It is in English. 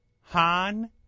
Han